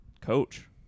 coach